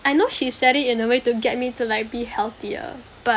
I know she said it in a way to get me to like be healthier but